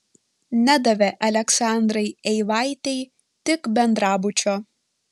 nedavė aleksandrai eivaitei tik bendrabučio